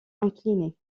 incliné